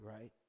right